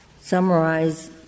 summarize